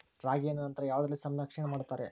ರಾಗಿಯನ್ನು ನಂತರ ಯಾವುದರಲ್ಲಿ ಸಂರಕ್ಷಣೆ ಮಾಡುತ್ತಾರೆ?